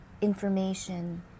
information